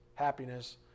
happiness